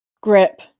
grip